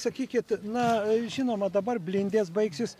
sakykit na žinoma dabar blindės baigsis